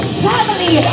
family